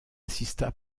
insista